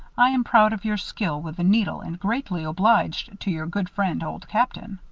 i am proud of your skill with the needle and greatly obliged to your good friend, old captain.